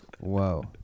whoa